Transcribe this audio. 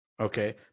Okay